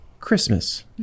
Christmas